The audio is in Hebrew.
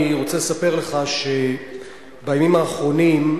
אני רוצה לספר לך שבימים האחרונים,